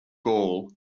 gaul